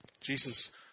Jesus